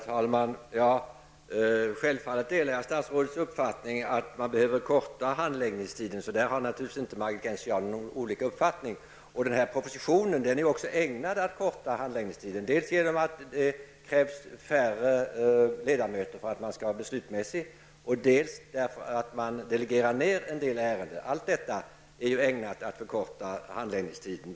Herr talman! Självfallet delar jag statsrådets uppfattning att man behöver förkorta handläggningstiderna. I fråga om detta har Margit Gennser och jag naturligtvis inte olika uppfattningar. Och denna proposition är också ägnad att leda till en förkortning av handläggningstiderna, dels genom att det krävs färre ledamöter för att man skall vara beslutsmässig, dels genom att man delegerar ned en del ärenden. Allt detta är ju ägnat att förkorta handläggningstiderna.